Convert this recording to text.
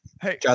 hey